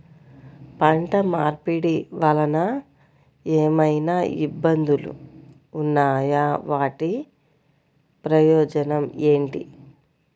పంట మార్పిడి వలన ఏమయినా ఇబ్బందులు ఉన్నాయా వాటి ప్రయోజనం ఏంటి?